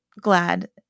glad